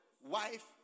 wife